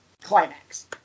climax